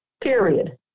period